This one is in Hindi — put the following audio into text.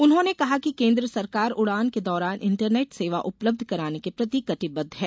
उन्होंने कहा कि केंद्र सरकार उड़ान के दौरान इंटरनेट सेवा उपलब्ध कराने के प्रति कटिबद्ध है